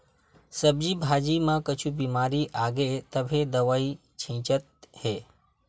सब्जी भाजी म कुछु बिमारी आगे तभे दवई छितत हे